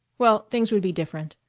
well, things would be different.